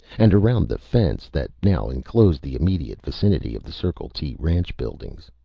and around the fence that now enclosed the immediate vicinity of the circle t ranch buildings.